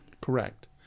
Correct